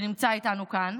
שנמצא איתנו כאן.